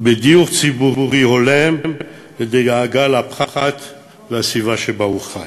בדיור ציבורי הולם ובדאגה לפרט ולסביבה שבה הוא חי.